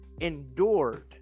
endured